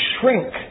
shrink